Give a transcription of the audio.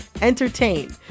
entertain